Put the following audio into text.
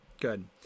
Good